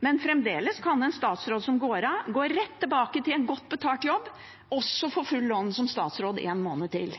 Men fremdeles kan en statsråd som går av og går rett tilbake til en godt betalt jobb, også få full lønn som statsråd i én måned til.